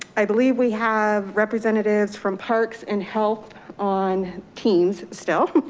i believe we have representatives from parks and health on teams still.